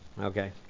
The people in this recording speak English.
Okay